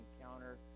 encounter